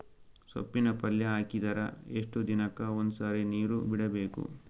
ಸೊಪ್ಪಿನ ಪಲ್ಯ ಹಾಕಿದರ ಎಷ್ಟು ದಿನಕ್ಕ ಒಂದ್ಸರಿ ನೀರು ಬಿಡಬೇಕು?